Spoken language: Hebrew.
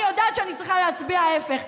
אני יודעת שאני צריכה להצביע ההפך.